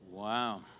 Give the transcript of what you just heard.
Wow